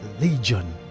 Legion